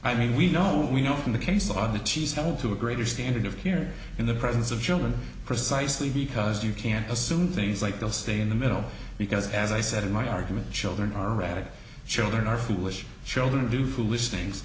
i mean we know we know in the case law that she's held to a greater standard of here in the presence of children precisely because you can't assume things like they'll stay in the middle because as i said in my argument children are erratic children are foolish children do foolish things